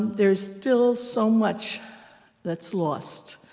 there is still so much that's lost